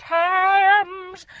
times